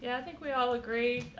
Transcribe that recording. yeah i think we all agree.